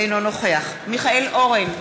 אינו נוכח מיכאל אורן,